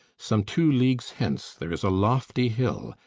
some two leagues hence there is a lofty hill,